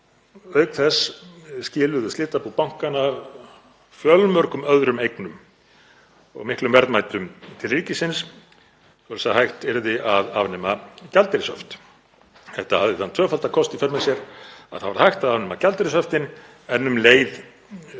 auk þess skiluðu slitabú bankanna fjölmörgum öðrum eignum og miklum verðmætum til ríkisins til að hægt yrði að afnema gjaldeyrishöft. Þetta hafði þann tvöfalda kost í för með sér að hægt var að afnema gjaldeyrishöftin en um leið